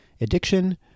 addiction